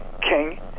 king